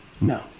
No